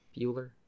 Bueller